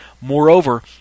Moreover